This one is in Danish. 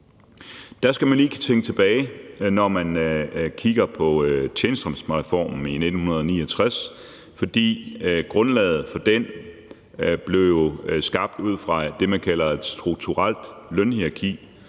Her skal man lige kunne tænke tilbage, altså når man kigger på tjenestemandsreformen i 1969. For grundlaget for den blev skabt ud fra det, man kalder et strukturelt lønhierarki,